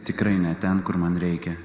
tikrai ne ten kur man reikia